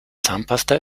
zahnpasta